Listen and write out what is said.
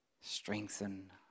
strengthen